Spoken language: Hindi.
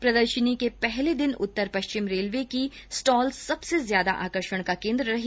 प्रदर्शनी के पहले दिन उत्तर पश्चिम रेलवे की स्टॉल सबसे ज्यादा आकर्षण का केन्द्र रही